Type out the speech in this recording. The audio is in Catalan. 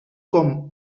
com